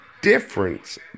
difference